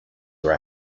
are